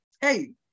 hey